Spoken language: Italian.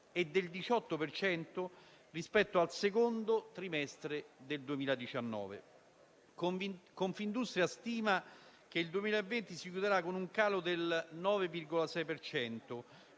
per cento rispetto al secondo trimestre del 2019. Confindustria stima che il 2020 si chiuderà con un calo del 9,6